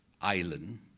island